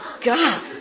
God